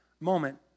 moment